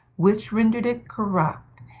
which rendered it corrupt,